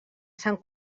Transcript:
sant